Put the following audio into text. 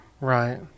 Right